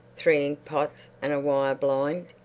three inkpots and a wire blind.